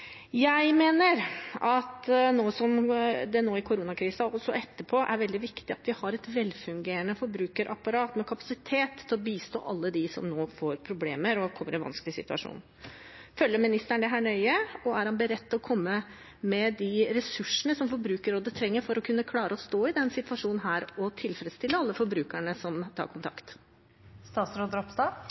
Jeg mener at det nå, i koronakrisen, og også etterpå er veldig viktig at vi har et velfungerende forbrukerapparat med kapasitet til å bistå alle dem som nå får problemer og kommer i en vanskelig situasjon. Følger ministeren dette nøye, og er han beredt til å komme med de ressursene som Forbrukerrådet trenger for å kunne klare å stå i denne situasjonen og tilfredsstille alle forbrukerne som tar kontakt?